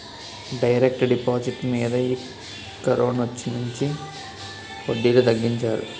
direct deposit మీద ఈ కరోనొచ్చినుంచి వడ్డీలు తగ్గించారు